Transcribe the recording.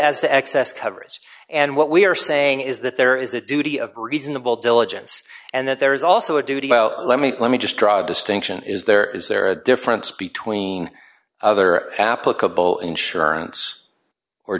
to excess coverage and what we are saying is that there is a duty of reasonable diligence and that there is also a duty well let me let me just draw a distinction is there is there a difference between other applicable insurance or